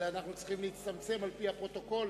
אנחנו צריכים להצטמצם במליאה, על-פי הפרוטוקול.